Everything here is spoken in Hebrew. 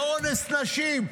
לאונס נשים,